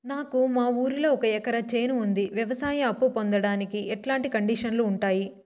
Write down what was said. నాకు మా ఊరిలో ఒక ఎకరా చేను ఉంది, వ్యవసాయ అప్ఫు పొందడానికి ఎట్లాంటి కండిషన్లు ఉంటాయి?